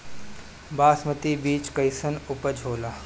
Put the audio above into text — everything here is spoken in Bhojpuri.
बासमती बीज कईसन उपज होला?